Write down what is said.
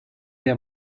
der